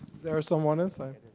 there someone else?